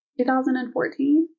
2014